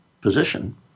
position